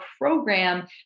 program